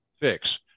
fix